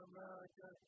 America